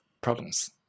problems